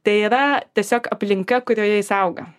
tai yra tiesiog aplinka kurioje jis auga